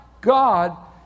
God